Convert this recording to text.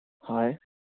হয়